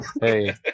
Hey